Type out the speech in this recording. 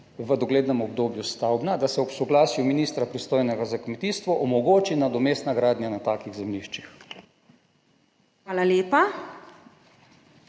doglednem obdobju stavbna, da se ob soglasju ministra, pristojnega za kmetijstvo, omogoči nadomestna gradnja na takih zemljiščih. PREDSEDNICA